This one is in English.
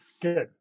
Good